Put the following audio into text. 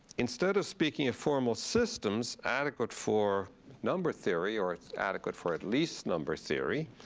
instead of speaking a formal systems adequate for number theory, or adequate for at least number theory,